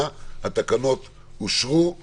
תקנות סמכויות מיוחדות להתמודדות עם נגיף הקורונה